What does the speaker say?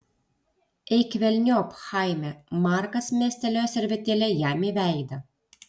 eik velniop chaime markas mestelėjo servetėlę jam į veidą